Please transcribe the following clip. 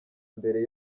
mbere